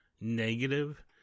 negative